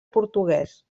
portuguès